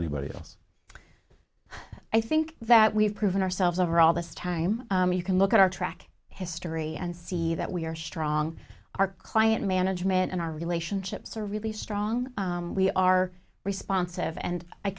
anybody else i think that we've proven ourselves over all this time you can look at our track history and see that we are strong our client management and our relationships are really strong we are responsive and i